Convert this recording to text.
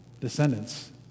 descendants